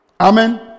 Amen